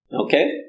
Okay